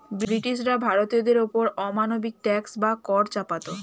ব্রিটিশরা ভারতীয়দের ওপর অমানবিক ট্যাক্স বা কর চাপাতো